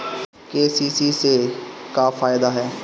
KCC से का फायदा ह?